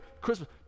christmas